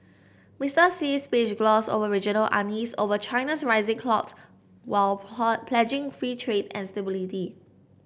Mister Xi's speech glossed over regional unease over China's rising clout while pledging free trade and stability